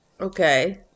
Okay